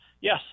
Yes